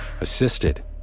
assisted